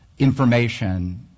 information